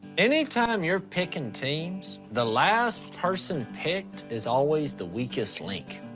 any time you're picking teams, the last person picked is always the weakest link.